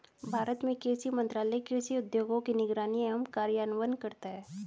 भारत में कृषि मंत्रालय कृषि उद्योगों की निगरानी एवं कार्यान्वयन करता है